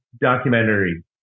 documentary